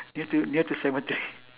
near to near to cemetery